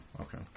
Okay